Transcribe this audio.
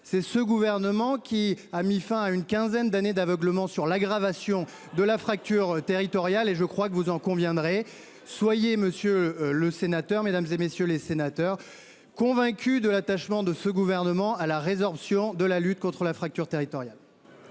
c'est ce gouvernement qui a mis fin à une quinzaine d'années d'aveuglement sur l'aggravation de la fracture territoriale. Et je crois que vous en conviendrez, soyez monsieur le sénateur, mesdames et messieurs les sénateurs, convaincu de l'attachement de ce gouvernement, à la résorption de la lutte contre la fracture territoriale.